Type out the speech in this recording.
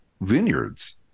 vineyards